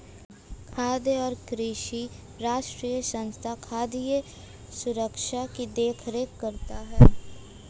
खाद्य और कृषि राष्ट्रीय संस्थान खाद्य सुरक्षा की देख रेख करता है